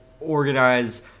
organize